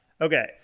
Okay